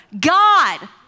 God